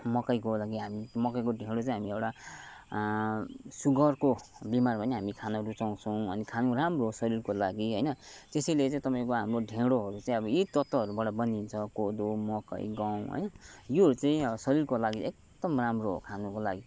मकैको लागि हामी मकैको ढेँडो चैँ हामी एउटा सुगरको बिमारमा पनि हामी खान रुचाउँछौ अनि खानु राम्रो हो शरीरको लागि हैन त्यसैले चैँ तपाईँको हाम्रो ढेँडोहरू चैँ यै तत्त्वहरूबाट बनिन्छ कोदो मकै गहुँ हैन योहरू चैँ शरीरको लागि एकदमै राम्रो हो खानुको लागि